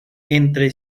entre